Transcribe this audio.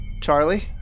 Charlie